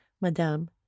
madame